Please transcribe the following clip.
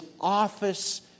office